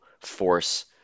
force